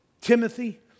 Timothy